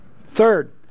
Third